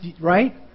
right